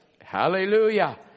Hallelujah